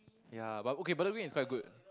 ya but okay but Bedok Green is quite good